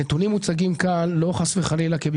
הנתונים מוצגים כאן לא כביקורת,